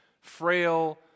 frail